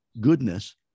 goodness